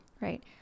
Right